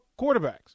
quarterbacks